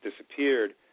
disappeared